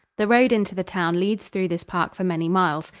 the road into the town leads through this park for many miles.